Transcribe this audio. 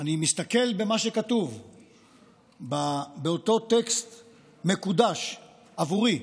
אני מסתכל במה שכתוב באותו טקסט מקודש עבורי,